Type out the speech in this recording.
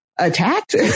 Attacked